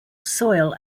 soil